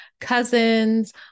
cousins